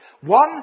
One